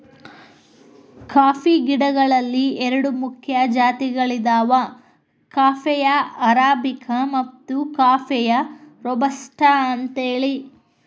coffee ಗಿಡಗಳಲ್ಲಿ ಎರಡು ಮುಖ್ಯ ಜಾತಿಗಳದಾವ ಕಾಫೇಯ ಅರಾಬಿಕ ಮತ್ತು ಕಾಫೇಯ ರೋಬಸ್ಟ ಅಂತೇಳಿ